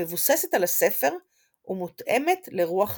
המבוססת על הספר ומותאמת לרוח הזמן.